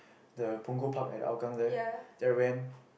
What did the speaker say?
the Punggol-Park at Hougang there then I went